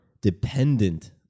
dependent